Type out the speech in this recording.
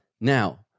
Now